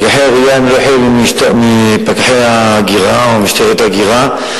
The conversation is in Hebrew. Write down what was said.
פקחי העירייה הם לא חלק מפקחי ההגירה או ממשטרת ההגירה.